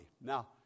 Now